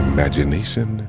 Imagination